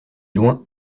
loin